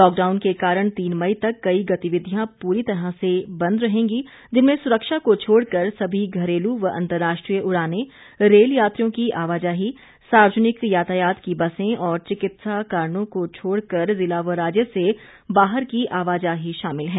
lockdown के कारण तीन मई तक कई गतिविधियां पूरी तरह से बंद रहेगी जिनमें सुरक्षा को छोड़कर सभी घरेलू व अंतर्राष्ट्रीय उड़ानें रेल यात्रियों की आवाजाही सार्वजनिक यातायात की बसें और चिकित्सा कारणों को छोड़कर जिला व राज्य से बाहर की आवाजाही शामिल हैं